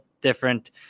different